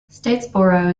statesboro